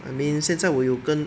I mean 现在我有跟